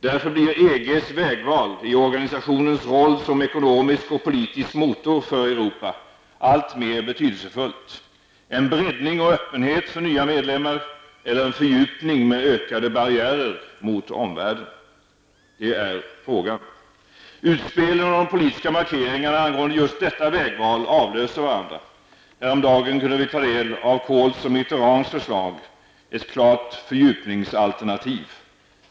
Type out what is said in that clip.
Därför blir EGs vägval -- i organisationens roll som ekonomisk och politisk motor för Europa -- alltmer betydelsefullt; en breddning och öppenhet för nya medlemmar eller en fördjupning med ökade barriärer mot omvärlden? Det är frågan. Utspelen och de politiska markeringarna angående just detta vägval avlöser varandra. Häromdagen kunde vi ta del av Kohls och Mitterands förslag -- ett klart ''fördjupningsalternativ''.